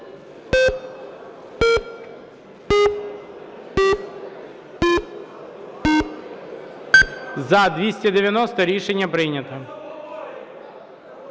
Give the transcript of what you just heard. За-228 Рішення прийнято.